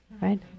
right